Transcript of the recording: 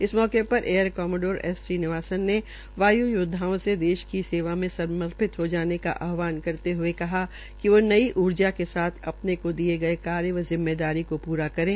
इस मौके ेर एयर कॉमाडोर एस श्रीनिवासन ने वाय्सेना योदवाओं से देश की सेवा में समर्पित हो जाने का आहवान करते हुए कहा कि वो नई ऊर्जा के साथ अ ने को दिये गये कार्य व जिम्मेदारी को पूरा करें